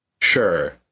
Sure